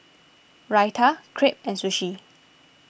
Raita Crepe and Sushi